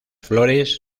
flores